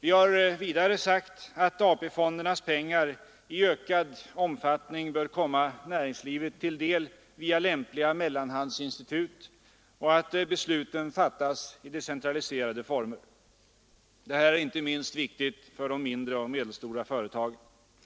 Vi har vidare sagt att AP-fondernas pengar i ökad omfattning bör komma näringslivet till del via lämpliga mellanhandsinstitut och att besluten bör fattas i decentraliserade former. Det här är inte minst viktigt för de mindre och medelstora företagen.